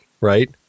right